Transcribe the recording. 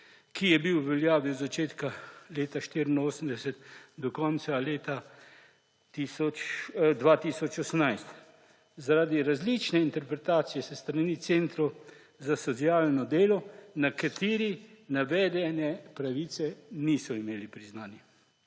ki je bil v veljavi od začetka leta 1984 do konca leta 2018, zaradi različne interpretacije s strani centrov za socialno delo navedene pravice niso imeli priznane.